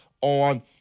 on